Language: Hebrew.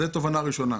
זו התובנה הראשונה.